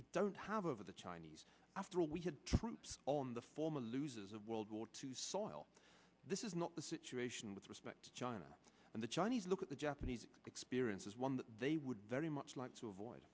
we don't have over the chinese after all we had troops on the former losers of world war two soil this is not the situation with respect to china and the chinese look at the japanese experience as one that they would very much like to avoid